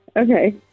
okay